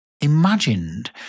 imagined